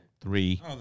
three